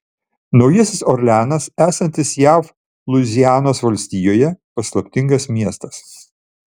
naujasis orleanas esantis jav luizianos valstijoje paslaptingas miestas